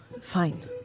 Fine